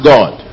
God